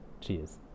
Cheers